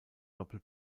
doppel